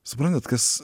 suprantat kas